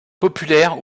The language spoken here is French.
populaires